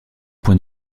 point